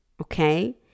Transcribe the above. okay